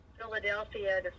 philadelphia